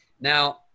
Now